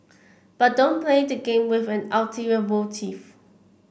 but don't play the game with an ulterior motive